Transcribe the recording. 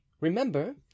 remember